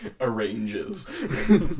arranges